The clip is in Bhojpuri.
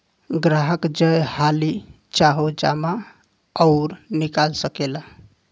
ग्राहक जय हाली चाहो जमा अउर निकाल सकेला